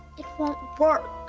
it won't work.